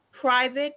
private